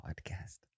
podcast